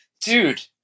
dude